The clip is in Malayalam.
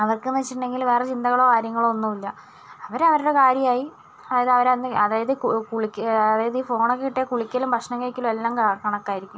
അവർക്ക് എന്ന് വെച്ചിട്ടുണ്ടെങ്കിൽ വേറെ ചിന്തകളോ കാര്യങ്ങളോ ഒന്നും ഇല്ല അവര് അവരുടെ കാര്യമായി അവര് അവര് അതായത് കുളി അതായത് ഈ ഫോൺ കിട്ടിയാൽ കുളിക്കലും ഭക്ഷണം കഴിക്കലും എല്ലാം കണക്കായിരിക്കും